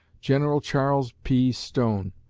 general charles p. stone,